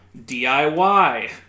DIY